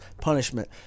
punishment